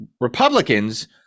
Republicans